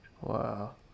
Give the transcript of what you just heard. Wow